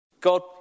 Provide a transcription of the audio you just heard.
God